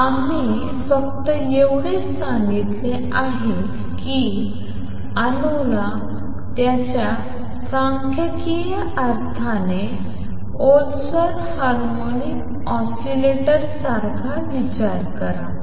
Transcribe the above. तर आम्ही फक्त एवढेच सांगितले आहे की अणूला त्याच्या सांख्यिकीय अर्थाने ओलसर हार्मोनिक ऑसीलेटर सारखा विचार करा